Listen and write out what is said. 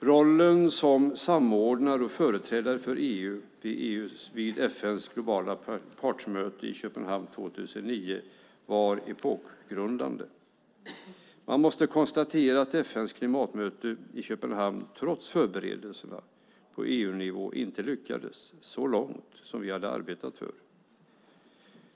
Rollen som samordnare och företrädare för EU vid FN:s globala partsmöte i Köpenhamn 2009 var epokgrundande. Man måste konstatera att FN:s klimatmöte i Köpenhamn trots förberedelserna på EU-nivå inte lyckades komma så långt som vi hade arbetat för.